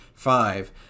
five